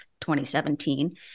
2017